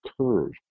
curve